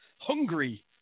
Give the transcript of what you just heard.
hungry